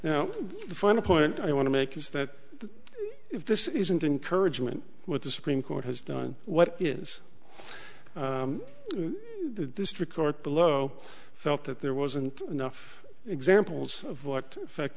now the final point i want to make is that if this isn't encouragement what the supreme court has done what is a district court below felt that there wasn't enough examples of what effect